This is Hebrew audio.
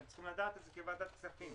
אתם צריכים לדעת את זה כוועדת הכספים.